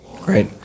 Great